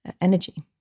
energy